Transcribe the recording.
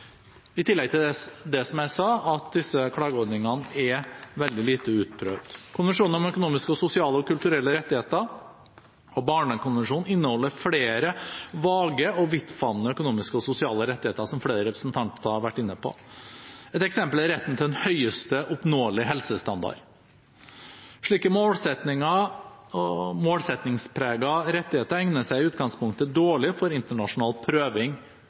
i tillegg til det jeg sa, at disse klageordningene er veldig lite utprøvd. Konvensjonen om økonomiske, sosiale og kulturelle rettigheter og barnekonvensjonen inneholder flere vage og vidtfavnende økonomiske og sosiale rettigheter, som flere representanter har vært inne på. Et eksempel er retten til den høyest oppnåelige helsestandard. Slike målsettingspregede rettigheter egner seg i utgangspunktet dårlig for internasjonal prøving